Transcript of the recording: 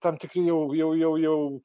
tam tikri jau jau